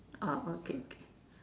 orh okay okay